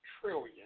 trillion